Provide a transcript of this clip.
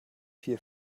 vier